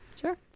Sure